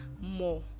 more